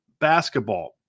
basketball